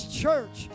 church